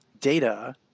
data